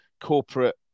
corporate